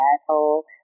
asshole